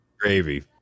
Gravy